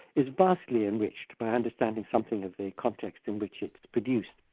is vastly enriched by understanding something of the complex in which it's produced.